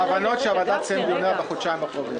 ההבנות שהוועדה תסיים את דיוניה בחודשיים הקרובים.